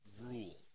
rule